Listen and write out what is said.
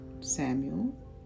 Samuel